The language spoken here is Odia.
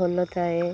ଭଲ ଥାଏ